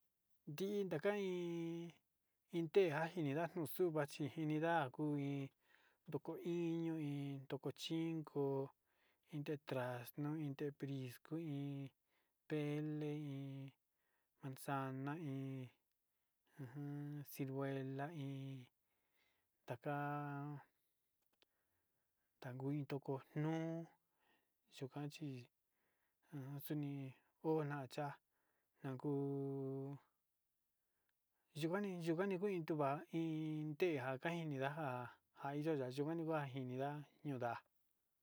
Ndii ndaka iin iin te njakininda xuvachinida kuin ndoko iño iin ndoko chinko iin te trasno inte prisco iin tele iin manzana iin ajan ciruela iin taka takuu iin ndoko nuu yukan chí ajan xuni honaga naguo yukani yukani kuiton iin tenjan njainidaxa aya yakuina ni oha njinida yunda'a.